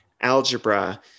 algebra